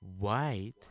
white